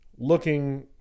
Looking